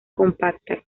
compacta